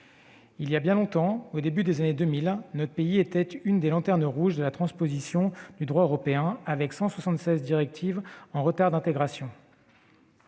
Il y a bien longtemps, au début des années 2000, notre pays était l'une des lanternes rouges de la transposition du droit européen, avec 176 directives en retard d'intégration.